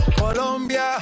Colombia